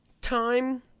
time